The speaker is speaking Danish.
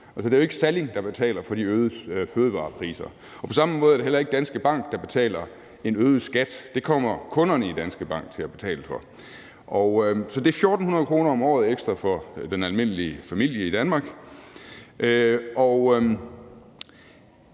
Det er jo ikke Salling, der betaler for de øgede fødevarepriser. På samme måde er det heller ikke Danske Bank, der betaler en øget skat. Det kommer kunderne i Danske Bank til at betale for. Så det er 1.400 kr. ekstra om året for den almindelige familie i Danmark.